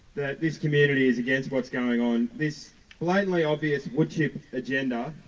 that this community is against what's going on. this blatantly obvious woodchip agenda